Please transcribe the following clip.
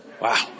wow